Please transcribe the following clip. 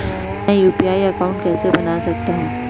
मैं UPI account कैसे बना सकता हूं?